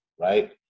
right